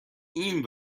این